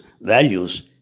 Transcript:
values